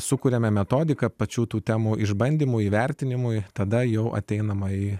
sukuriame metodiką pačių tų temų išbandymų įvertinimui tada jau ateinama į